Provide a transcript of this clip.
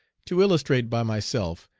to illustrate by myself,